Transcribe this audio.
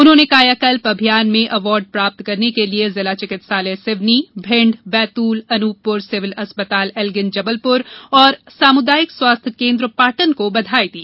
उन्होंने कायाकल्प अभियान में अवार्ड प्राप्त करने के लिए जिला चिकित्सालय सिवनी भिण्ड बैतूल अनूपपुर सिविल अस्पताल एल्गिन जबलपुर तथा सामुदायिक स्वास्थ्य केन्द्र पाटन को बधाई दी